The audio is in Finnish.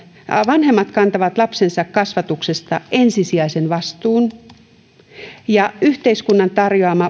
vanhemmat kantavat lapsensa kasvatuksesta ensisijaisen vastuun ja yhteiskunnan tarjoaman